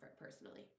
personally